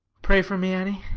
pray for me, annie!